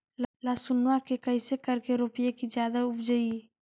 लहसूनमा के कैसे करके रोपीय की जादा उपजई?